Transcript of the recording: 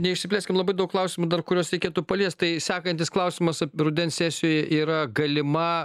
neišsiplėskim labai daug klausimų dar kurios reikėtų paliest tai sekantis klausimas rudens sesijoj yra galima